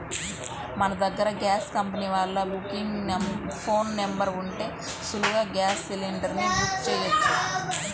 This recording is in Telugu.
మన దగ్గర గ్యాస్ కంపెనీ వాళ్ళ బుకింగ్ ఫోన్ నెంబర్ ఉంటే సులువుగా గ్యాస్ సిలిండర్ ని బుక్ చెయ్యొచ్చు